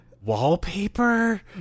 wallpaper